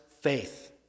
faith